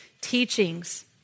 teachings